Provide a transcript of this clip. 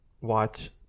watch